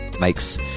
makes